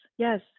Yes